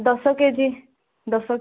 ଦଶ K G ଦଶ